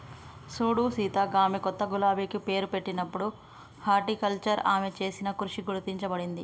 సూడు సీత గామె కొత్త గులాబికి పేరు పెట్టినప్పుడు హార్టికల్చర్ ఆమె చేసిన కృషి గుర్తించబడింది